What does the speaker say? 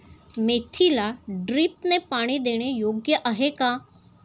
मेथीला ड्रिपने पाणी देणे योग्य आहे का?